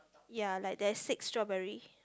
ya like there is six strawberry